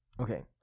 Okay